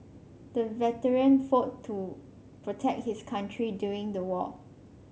the veteran fought to protect his country during the war